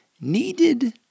needed